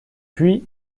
puis